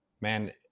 Man